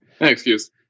Excuse